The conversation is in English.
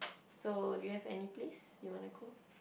so do you have any place you want to go